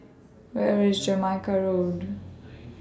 Where IS Jamaica Road